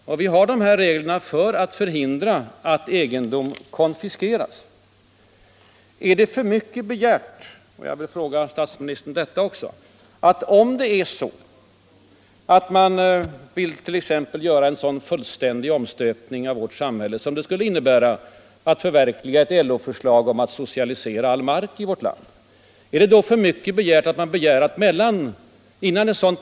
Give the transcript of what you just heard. Vi har föreslagit de här reglerna för att bl.a. hindra att egendom konfiskeras. Jag vill också fråga statsministern, om det är för mycket begärt att kräva nyval eller i varje fall fem sjättedels majoritet, om man t.ex. vill göra en så fullständig omprövning av vårt samhälle, som det skulle innebära att förverkliga ett LO-förslag att socialisera all mark i vårt land.